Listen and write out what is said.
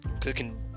cooking